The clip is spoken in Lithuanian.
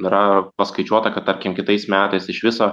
yra paskaičiuota kad tarkim kitais metais iš viso